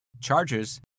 Charges